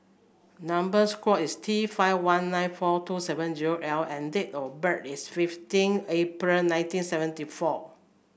number square is T five one nine four two seven zero L and date of birth is fifteen April nineteen seventy four